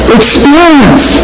experience